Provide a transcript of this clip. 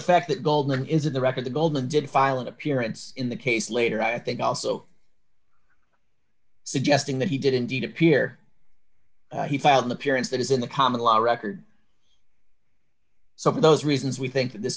fact that goldman is in the record the goldman did file an appearance in the case later i think also suggesting that he did indeed appear he found the parents that is in the common law record so for those reasons we think th